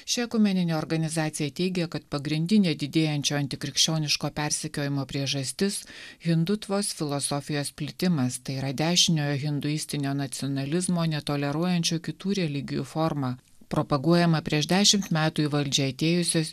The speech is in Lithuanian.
ši ekumeninė organizacija teigia kad pagrindinė didėjančio antikrikščioniško persekiojimo priežastis hindutvos filosofijos plitimas tai yra dešiniojo hinduistinio nacionalizmo netoleruojančio kitų religijų forma propaguojama prieš dešimt metų į valdžią atėjusios